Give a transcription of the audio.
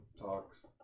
talks